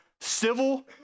civil